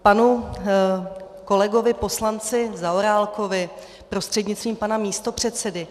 K panu kolegovi poslanci Zaorálkovi prostřednictvím pana místopředsedy.